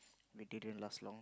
we did it last long